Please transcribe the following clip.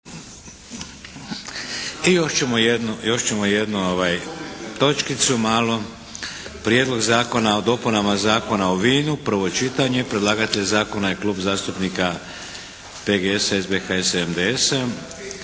I još ćemo jednu točkicu malu –- Prijedlog Zakona o dopunama Zakona o vinu – predlagatelj Klub zastupnika PGS-a, SBHS-a i MDS-a,